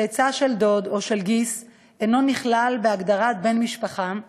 צאצא של דוד או של גיס אינו נכלל בהגדרת בן משפחה,